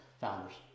founders